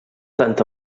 tant